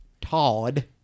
todd